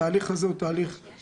התהליך הזה לא בריא,